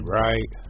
right